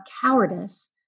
cowardice